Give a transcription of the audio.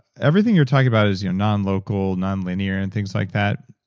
everything you're talking about is your nonlocal, nonlinear, and things like that.